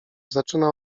zaczyna